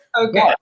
Okay